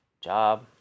Job